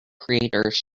creators